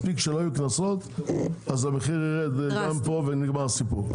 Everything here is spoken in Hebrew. מספיק שלא יהיו קנסות אז המחיר ירד גם פה ונגמר הסיפור.